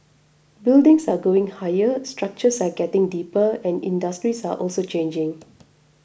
buildings are going higher structures are getting deeper and industries are also changing